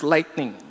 Lightning